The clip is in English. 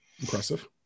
impressive